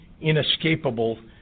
inescapable